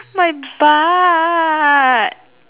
my butt